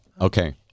Okay